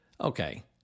Okay